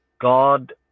God